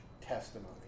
Testimony